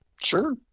Sure